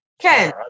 Ken